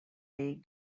league